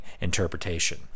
interpretation